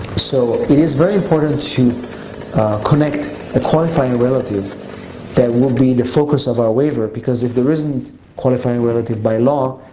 so, it is very important to connect a qualifying relative that will be the focus of our waiver because if there isn't qualifying relative by law,